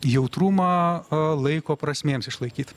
jautrumą laiko prasmėms išlaikyt